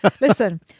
Listen